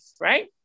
right